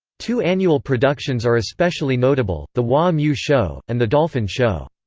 two annual productions are especially notable the waa-mu show, and the dolphin show.